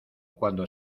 cuando